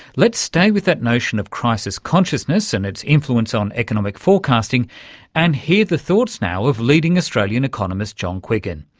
let's stay with that notion of crisis consciousness and its influence on economic forecasting and hear the thoughts now of leading australian economist john quiggin.